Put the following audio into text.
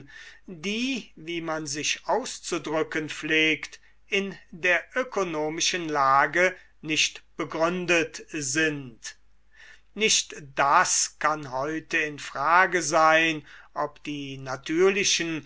die wie man sich auszudrücken pflegt in der ökonomischen lage nicht begründe t sind nicht das kann heute in frage sein ob die natürlichen